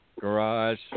garage